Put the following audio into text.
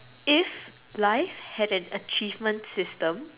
if life had an achievement system